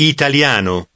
Italiano